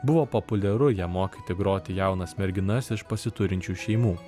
buvo populiaru ja mokyti groti jaunas merginas iš pasiturinčių šeimų